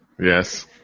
Yes